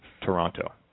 Toronto